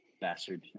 bastard